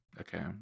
okay